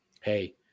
Hey